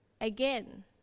Again